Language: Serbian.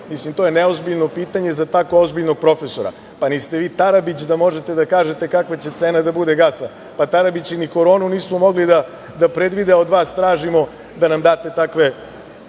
godine, to je neozbiljno pitanje za tako ozbiljnog profesora, niste vi Tarabić da možete da kažete kakva će cena da bude gasa. Tarabići ni koronu nisu mogli da predvide, a od vas tražimo da nam date takve